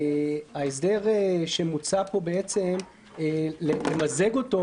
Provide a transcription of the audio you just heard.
ההסדר שמוצע למזג אותו,